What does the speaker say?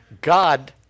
God